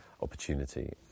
opportunity